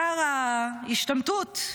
שר ההשתמטות,